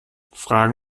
fragen